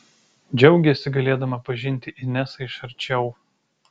džiaugėsi galėdama pažinti inesą iš arčiau